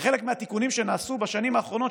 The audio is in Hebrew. וחלק מהתיקונים שנעשו בשנים האחרונות,